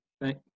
Thank